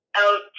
Out